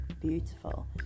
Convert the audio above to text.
beautiful